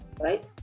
right